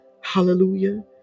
hallelujah